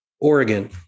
Oregon